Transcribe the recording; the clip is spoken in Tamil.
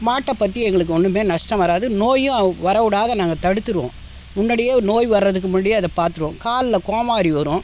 மாட்டை பற்றி எங்களுக்கு ஒன்றுமே நஷ்டம் வராது நோயும் வர விடாத நாங்கள் தடுத்துடுவோம் முன்னாடியே ஒரு நோய் வர்றதுக்கு முன்னாடியே அதை பார்த்துருவோம் காலில் கோமாரி வரும்